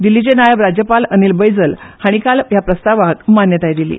दिल्लीचे नायब राज्यपाल अनिल बैजल हांणीकाल हया प्रस्तावक मान्यताय दिली